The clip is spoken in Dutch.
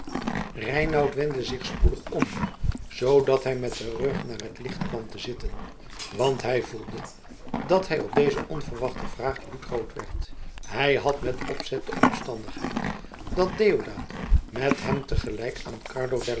reinout wendde zich spoedig om zoodat hij met den rug naar het licht kwam te zitten want hij voelde dat hij op deze onverwachte vraag bloedrood werd hij had met opzet de omstandigheid dat deodaat met hem te gelijk aan carlo